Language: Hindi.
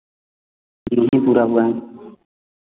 नहीं पूरा हुआ है